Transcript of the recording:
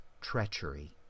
treachery